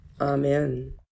Amen